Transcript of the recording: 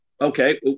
Okay